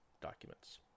documents